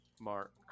Mark